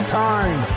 time